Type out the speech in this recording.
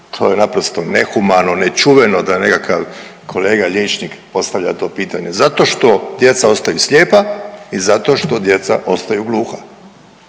to je naprosto nehumano, nečuveno da nekakav kolega liječnik postavlja to pitanje, zašto što djeca ostaju slijepa i zašto što djeca ostaju gluha.